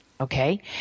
Okay